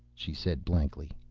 she said blankly.